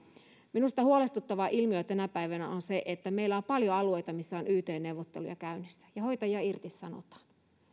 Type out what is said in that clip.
minusta huolestuttava ilmiö tänä päivänä on se että meillä on paljon alueita missä on yt neuvotteluja käynnissä ja hoitajia irtisanotaan